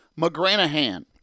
McGranahan